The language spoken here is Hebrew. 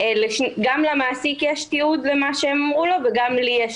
גם למעסיק יש תיעוד של הדברים שהם אמרו לו וגם לי יש